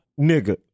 nigga